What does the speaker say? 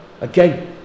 again